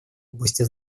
области